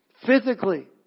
Physically